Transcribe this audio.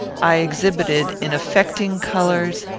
i exhibited, in affecting colours,